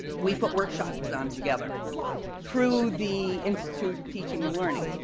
we put workshops on together through the institute of teaching and learning.